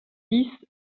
dix